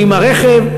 או ברכב,